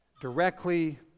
directly